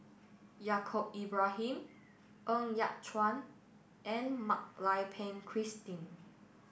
Yaacob Ibrahim Ng Yat Chuan and Mak Lai Peng Christine